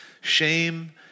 shame